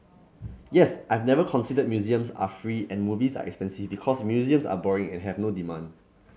yes I've never considered museums are free and movies are expensive because museums are boring and have no demand